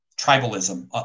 tribalism